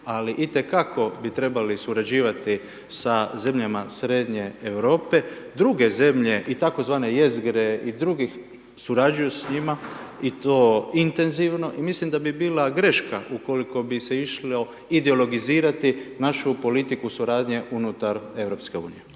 ali itekako bi trebali surađivati sa zemljama Srednje Europe, druge zemlje i tako zvane jezgre i drugih surađuju s njima, i to intenzivno i mislim da bi bila greška ukoliko bi se išlo ideologizirati našu politiku suradnje unutar